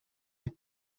with